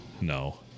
No